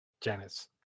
Janice